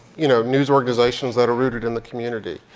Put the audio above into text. you know news organizations that are rooted in the community.